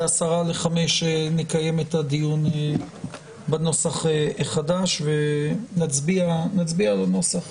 ב-16:50 נקיים את הדיון בנוסח החדש ונצביע על הנוסח.